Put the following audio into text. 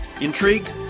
Intrigued